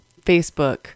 Facebook